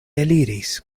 eliris